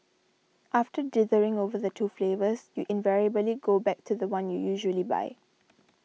after dithering over the two flavours you invariably go back to the one you usually buy